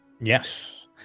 Yes